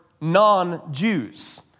non-Jews